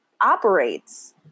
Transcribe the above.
operates